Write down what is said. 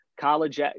college